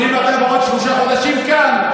ואם אתה בעוד שלושה חודשים כאן,